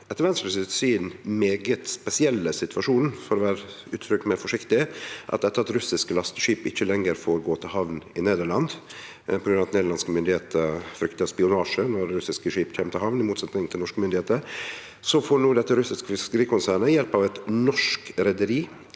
etter Venstres syn, veldig spesielle situasjonen – for å uttrykkje meg forsiktig – at etter at russiske lasteskip ikkje lenger får gå til hamn i Nederland fordi nederlandske myndigheiter fryktar spionasje når russiske skip kjem til hamn, i motsetning til norske myndigheiter, så får dette russiske fiskerikonsernet no hjelp av eit norsk reiarlag,